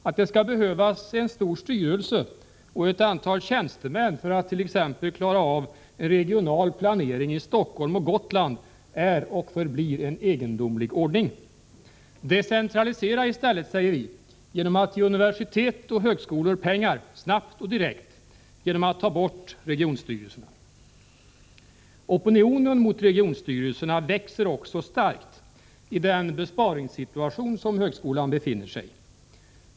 Att det skall behövas en stor styrelse och ett antal tjänstemän för att t.ex. klara av regional planering i Stockholm och på Gotland är och förblir en egendomlig ordning. Decentralisera i stället, säger vi, genom att ge universitet och högskolor pengar snabbt och direkt genom att ta bort regionstyrelserna! Oppositionen mot regionstyrelserna växer också starkt i den besparingssituation som högskolan befinner sig i.